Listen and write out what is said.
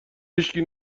هیشکی